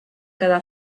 quedar